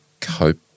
cope